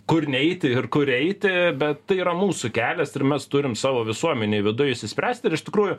kur neiti ir kur eiti bet tai yra mūsų kelias ir mes turim savo visuomenėj viduj išsispręsti ir iš tikrųjų